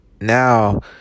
now